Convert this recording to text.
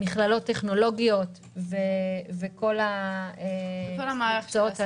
מכללות טכנולוגיות וכל המקצועות הללו,